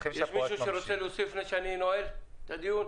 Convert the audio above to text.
יש מישהו שרוצה להוסיף לפני שאני נועל את הדיון?